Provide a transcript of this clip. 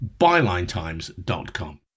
bylinetimes.com